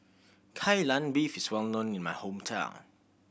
Kai Lan Beef is well known in my hometown